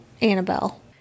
Annabelle